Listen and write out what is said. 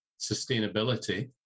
sustainability